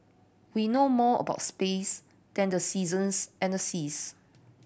we know more about space than the seasons and the seas